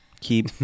Keep